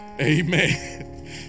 Amen